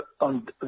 on